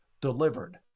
delivered